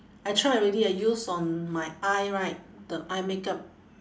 I try already I use on my eye right the eye makeup